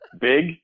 big